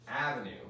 avenue